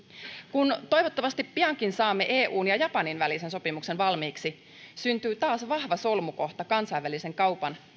kun toivottavasti piankin saamme eun ja japanin välisen sopimuksen valmiiksi syntyy taas vahva solmukohta kansainvälisen kaupan